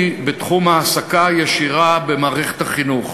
בתחום ההעסקה הישירה במערכת החינוך.